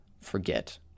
forget